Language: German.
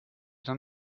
dann